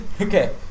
Okay